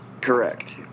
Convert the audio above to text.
Correct